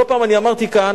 לא פעם אמרתי כאן